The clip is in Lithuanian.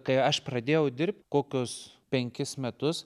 kai aš pradėjau dirbt kokius penkis metus